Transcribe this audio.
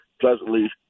pleasantly